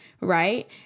right